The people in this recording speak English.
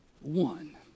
one